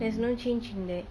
there's no change in that